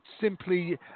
simply